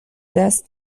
دست